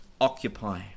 occupy